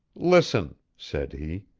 listen, said he.